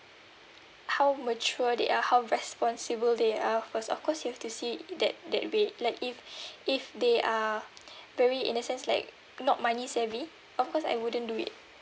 how mature they are how responsible they are of course of course you have to see that that way like if if they are very in a sense like not money savvy of course I wouldn't do it